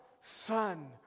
Son